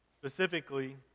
Specifically